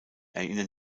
erinnern